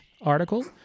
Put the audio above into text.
article